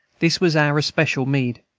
this was our especial meed.